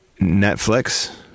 Netflix